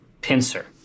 pincer